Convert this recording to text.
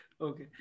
Okay